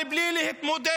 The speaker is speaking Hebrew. אבל בלי להתמודד